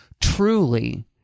truly